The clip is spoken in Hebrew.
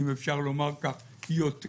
באיזה מקום זה מכפיל כוח זה באמת נותן